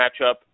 matchup